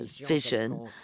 vision